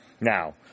Now